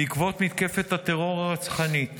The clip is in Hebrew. בעקבות מתקפת הטרור הרצחנית